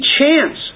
chance